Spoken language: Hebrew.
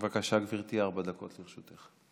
גברתי, ארבע דקות לרשותך.